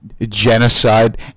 genocide